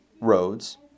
roads